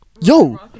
Yo